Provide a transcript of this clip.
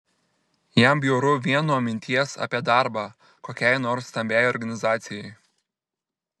jam bjauru vien nuo minties apie darbą kokiai nors stambiai organizacijai